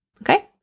Okay